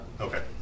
Okay